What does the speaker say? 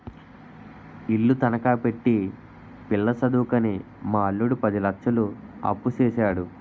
ఇల్లు తనఖా పెట్టి పిల్ల సదువుకని మా అల్లుడు పది లచ్చలు అప్పుసేసాడు